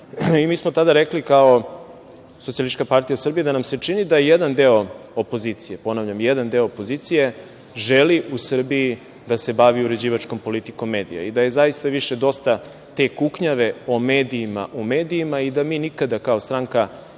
i mi smo tada rekli, kao SPS, da nam se čini da jedan deo opozicije, ponavljam, jedan deo opozicije, želi u Srbiji da se bavi uređivačkom politikom medija i da je zaista više dosta te kuknjave o medijima u medijima i da mi nikada kao stranka nismo